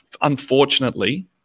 unfortunately